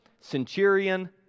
centurion